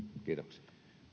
kiitoksia